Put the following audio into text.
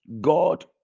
God